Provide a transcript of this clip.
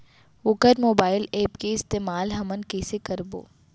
वोकर mobile app के इस्तेमाल हमन कइसे करबो?